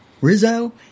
Rizzo